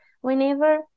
whenever